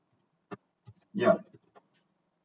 yup